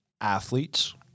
athletes